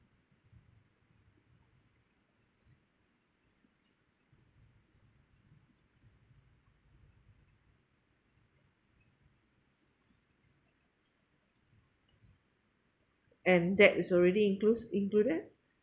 and that is already includes include that